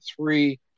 three